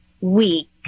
week